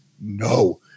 No